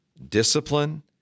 discipline